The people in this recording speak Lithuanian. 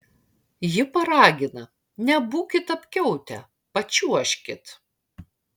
ji paragina nebūkit apkiautę pačiuožkit